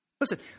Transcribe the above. Listen